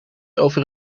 over